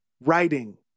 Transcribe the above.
writing